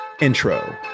Intro